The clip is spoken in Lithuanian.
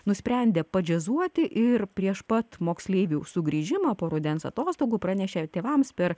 nusprendė padžiazuoti ir prieš pat moksleivių sugrįžimą po rudens atostogų pranešė tėvams per